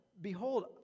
behold